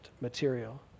material